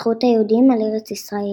בזכות היהודים על ארץ ישראל.